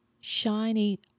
shiny